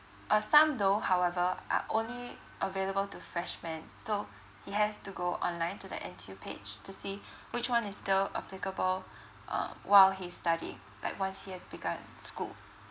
uh some though however are only available to freshman so he has to go online to the N_T_U page to see which one is still applicable um while he study like while he has school